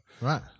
Right